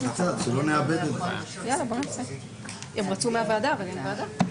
כלומר אנחנו בעוד שנה נתחיל להביא את התיקים הראשונים